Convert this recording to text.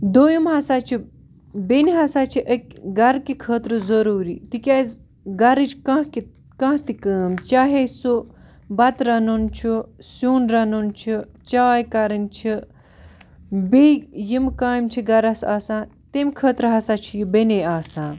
دۄیِم ہَسا چھِ بیٚنہِ ہَس چھِ أکہِ گَرٕکہِ خٲطرٕ ضٔروٗری تِکیٛازِ گَرٕچ کانٛہہ کہِ کانٛہہ تہِ کٲم چاہے سُہ بَتہٕ رَنُن چھُ سیُن رَنُن چھِ چاے کَرٕنۍ چھِ بیٚیہِ یِم کامہِ چھِ گَرَس آسان تمہِ خٲطرٕ ہَسا چھِ یہِ بیٚنے آسان